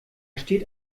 steht